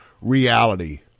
reality